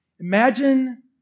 Imagine